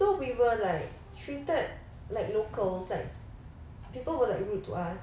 so we were like treated like locals like people were like rude to us